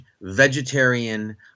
vegetarian